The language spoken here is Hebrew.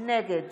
נגד